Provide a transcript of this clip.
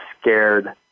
scared